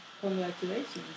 Congratulations